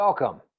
Welcome